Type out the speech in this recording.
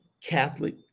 catholic